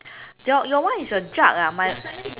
your your one is a jug ah my